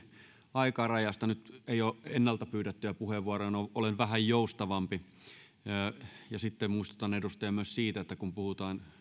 aikarajasta nyt ei ole ennalta pyydettyjä puheenvuoroja ja olen vähän joustavampi sitten muistutan edustajia myös siitä että kun puhutaan